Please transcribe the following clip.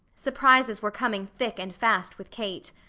surprises were coming thick and fast with kate.